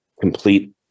complete